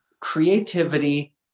Creativity